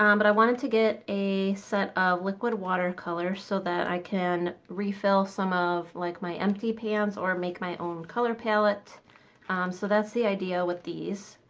um but i wanted to get a set of liquid watercolor so that i can refill some of like my empty pans or make my own color palette so that's the idea with these.